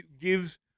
gives